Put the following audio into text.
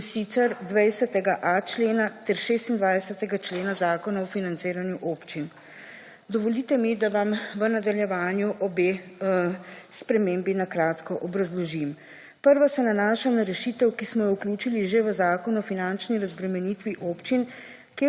in sicer, 20.a člena, ter 26. člena Zakona o financiranju občin. Dovolite mi, da vam v nadaljevanju obe spremembi na kratko obrazložim. Prva se nanaša na rešitev, ki smo jo vključili že v Zakon o finančni razbremenitvi občin,